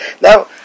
Now